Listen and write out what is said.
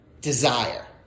desire